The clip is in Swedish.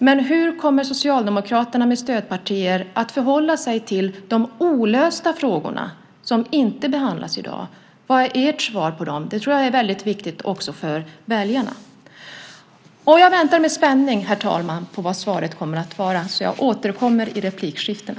Men hur kommer Socialdemokraterna med stödpartier att förhålla sig till de olösta frågorna som inte behandlas i dag? Vad är ert svar på dem? Det tror jag är väldigt viktigt också för väljarna. Jag väntar med spänning, herr talman, på vad svaret kommer att vara. Jag återkommer i replikskiftena.